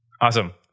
Awesome